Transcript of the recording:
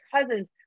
cousins